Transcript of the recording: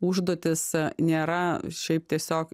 užduotis nėra šiaip tiesiog